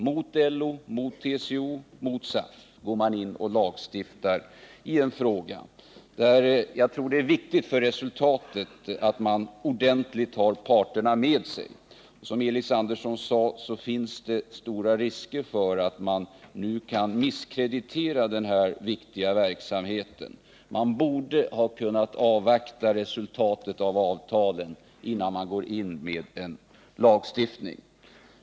Mot LO, TCO, och SAF går man in och lagstiftar i en fråga där jag tror att det med tanke på resultatet är viktigt att man har parterna med sig. Som Elis Andersson sade finns det stora risker att man nu kan misskreditera den här viktiga verksamheten. Man borde ha kunnat avvakta resultatet av jämställdhetsavtalen, innan man går in med en lagstiftning.